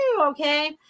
Okay